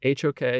HOK